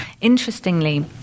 interestingly